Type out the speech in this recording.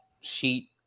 sheet